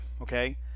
okay